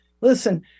listen